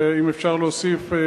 ואם אפשר להוסיף,